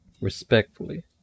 respectfully